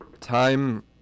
Time